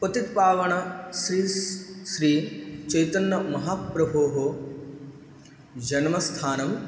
पतित पावन श्रीश्रीचैतन्यमहाप्रभोः जन्मस्थानं